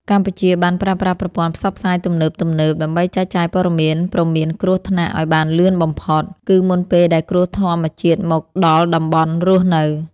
កម្ពុជាបានប្រើប្រាស់ប្រព័ន្ធផ្សព្វផ្សាយទំនើបៗ ដើម្បីចែកចាយព័ត៌មានព្រមានគ្រោះថ្នាក់ឱ្យបានលឿនបំផុត គឺមុនពេលដែលគ្រោះធម្មជាតិមកដល់តំបន់រស់នៅ។